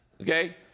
okay